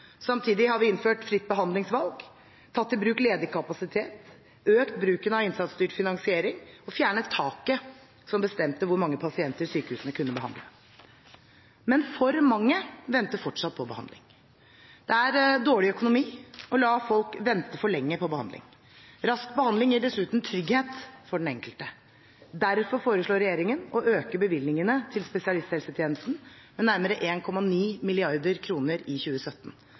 Samtidig har vi innført fritt behandlingsvalg, tatt i bruk ledig kapasitet, økt bruken av innsatsstyrt finansiering og fjernet taket som bestemte hvor mange pasienter sykehusene kunne behandle. Men for mange venter fortsatt på behandling. Det er dårlig økonomi å la folk vente for lenge på behandling. Rask behandling gir dessuten trygghet for den enkelte. Derfor foreslår regjeringen å øke bevilgningene til spesialisthelsetjenesten med nærmere 1,9 mrd. kr i 2017. Det gir rom for en vekst i